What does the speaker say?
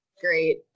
great